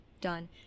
Done